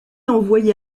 envoyé